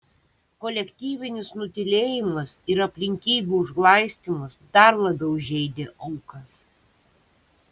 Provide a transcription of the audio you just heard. kolektyvinis nutylėjimas ir aplinkybių užglaistymas dar labiau žeidė aukas